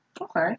okay